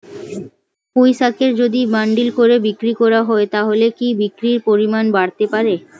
পুঁইশাকের যদি বান্ডিল করে বিক্রি করা হয় তাহলে কি বিক্রির পরিমাণ বাড়তে পারে?